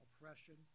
oppression